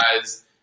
guys